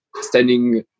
standing